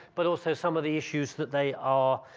but also some of the issues that they are